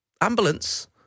ambulance